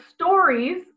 stories